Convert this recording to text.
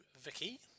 Vicky